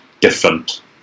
different